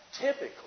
typically